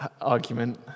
argument